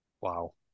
Wow